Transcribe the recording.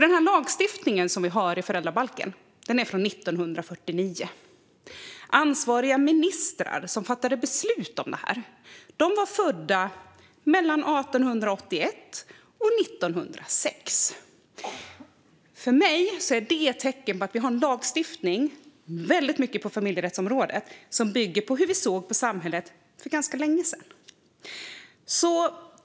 Den lagstiftning som vi har i föräldrabalken är från 1949. Ansvariga ministrar som fattade beslut om detta var födda mellan 1881 och 1906! För mig är det ett tecken på att vi verkligen har en lagstiftning på familjerättsområdet som bygger på hur vi såg på samhället för ganska länge sedan.